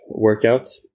workouts